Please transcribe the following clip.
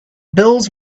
bills